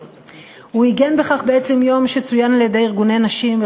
הוא עיגן בכך בעצם יום שצוין על-ידי ארגוני נשים,